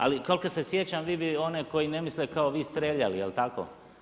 Ali koliko se sjećam, vi bi one koji ne misle kao vi, strijeljali, je li tako?